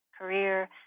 career